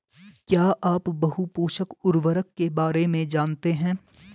क्या आप बहुपोषक उर्वरक के बारे में जानते हैं?